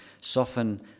soften